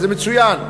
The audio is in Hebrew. וזה מצוין,